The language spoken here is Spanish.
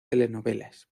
telenovelas